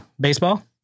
Baseball